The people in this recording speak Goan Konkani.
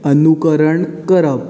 अनुकरण करप